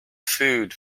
food